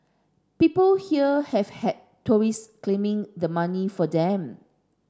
people here have had tourist claiming the money for them